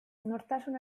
nortasun